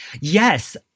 Yes